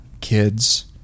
kids